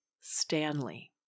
stanley